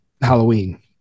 Halloween